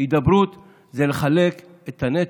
הידברות ולחלק את הנתח,